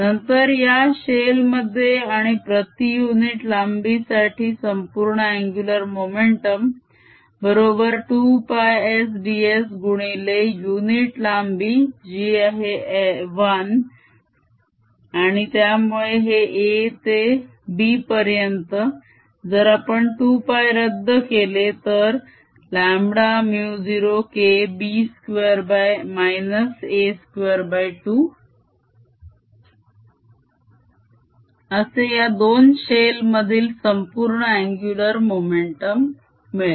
नंतर या शेल मध्ये आणि प्रती युनिट लांबी साठी संपूर्ण अन्गुलर मोमेंटम बरोबर 2 π S d s गुणिले युनिट लांबी जी आहे 1 आणि त्यामुळे हे a ते b पर्यंत जर आपण 2 π रद्द केले तर λμ0K 2 असे या दोन शेल मधील संपूर्ण अन्गुलर मोमेंटम मिळेल